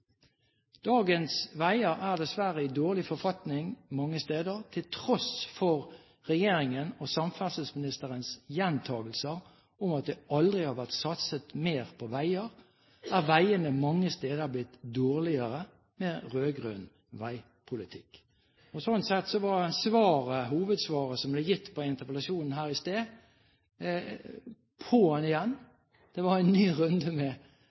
Dagens veier er dessverre i dårlig forfatning mange steder. Til tross for regjeringens og samferdselsministerens gjentakelser om at det aldri har vært satset mer på veier, er veiene mange steder blitt dårligere med rød-grønn veipolitikk. Slik sett var hovedsvaret som ble gitt på interpellasjonen her i sted: På 'an igjen. Det var en ny runde med